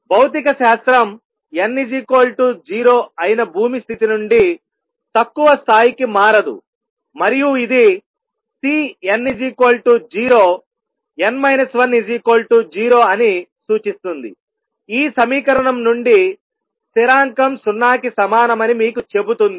భౌతికశాస్త్రం n 0 అయిన భూమి స్థితి నుండి తక్కువ స్థాయికి మారదు మరియు ఇది Cn0n 10 అని సూచిస్తుందిఈ సమీకరణం నుండి స్థిరాంకం 0 కి సమానమని మీకు చెబుతుంది